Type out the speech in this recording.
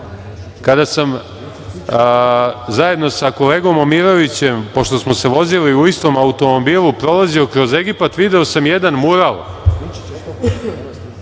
sam zajedno sa kolegom Momirovićem, pošto smo se vozili u istom automobilu, prolazio kroz Egipat, video sam jedan mural,